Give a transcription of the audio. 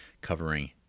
covering